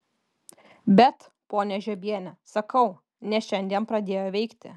bet ponia žiobiene sakau ne šiandien pradėjo veikti